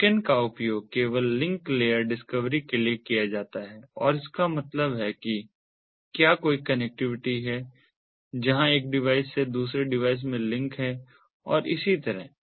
beacon का उपयोग केवल लिंक लेयर डिस्कवरी के लिए किया जाता है और इसका मतलब है कि क्या कोई कनेक्टिविटी है जहां एक डिवाइस से दूसरे में कोई लिंक है और इसी तरह